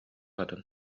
атын